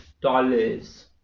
dollars